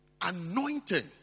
anointing